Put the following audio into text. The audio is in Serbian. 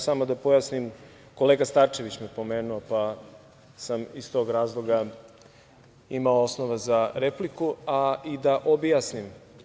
Samo da pojasnim, kolega Starčević me je pomenuo, pa sam iz tog razloga imao osnov za repliku, a i da objasnim.